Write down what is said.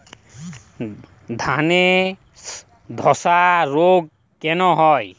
ধানে ধসা রোগ কেন হয়?